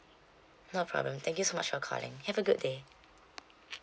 no problem thank you so much for calling have a good day